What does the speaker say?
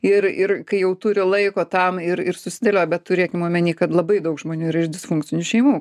ir ir kai jau turi laiko tam ir ir susidėlioja bet turėkim omeny kad labai daug žmonių yra iš disfunkcinių šeimų